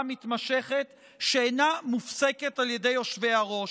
מתמשכת שאינה מופסקת על ידי היושבים בראש.